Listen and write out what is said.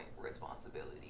responsibility